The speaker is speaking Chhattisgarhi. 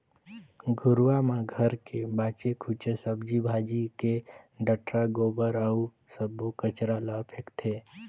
घुरूवा म घर के बाचे खुचे सब्जी भाजी के डठरा, गोबर अउ सब्बो कचरा ल फेकथें